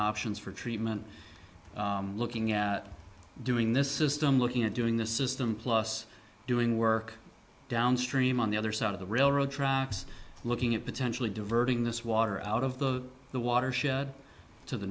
options for treatment looking at doing this system looking at doing the system plus doing work downstream on the other side of the railroad tracks looking at potentially diverting this water out of the the watershed to the